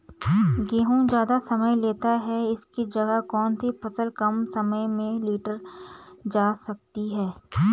गेहूँ ज़्यादा समय लेता है इसकी जगह कौन सी फसल कम समय में लीटर जा सकती है?